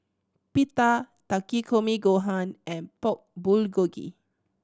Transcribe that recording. Pita Takikomi Gohan and Pork Bulgogi